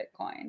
Bitcoin